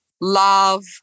love